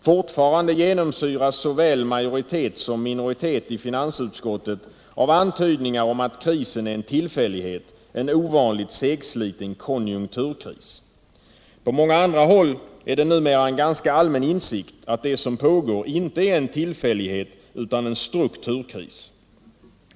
Fortfarande genomsyras såväl majoritet som minoritet i finansutskottet av antydningar om att krisen är en tillfällighet, en ovanligt segsliten konjunkturkris. På många andra håll är det numera en ganska allmän insikt att det som pågår inte är en tillfällighet utan en strukturkris.